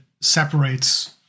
separates